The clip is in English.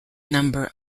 number